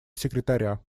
секретаря